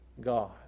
God